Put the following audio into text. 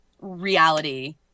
reality